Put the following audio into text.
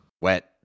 wet